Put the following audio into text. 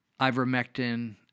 ivermectin